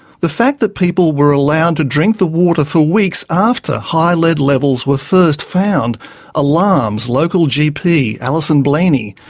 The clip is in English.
the fact that people were allowed to drink the water for weeks after high lead levels were first found alarms local gp, alison bleaney,